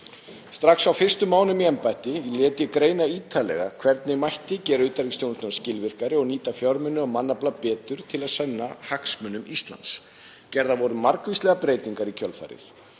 Strax á fyrstu mánuðum í embætti lét ég greina ítarlega hvernig mætti gera utanríkisþjónustuna skilvirkari og nýta fjármuni og mannafla betur til að sinna hagsmunum Íslands. Gerðar voru margvíslegar breytingar í kjölfarið.